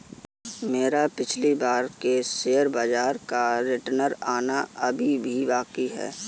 मेरा पिछली बार के शेयर बाजार का रिटर्न आना अभी भी बाकी है